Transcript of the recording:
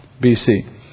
BC